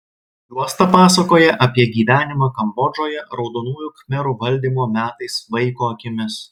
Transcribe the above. juosta pasakoja apie gyvenimą kambodžoje raudonųjų khmerų valdymo metais vaiko akimis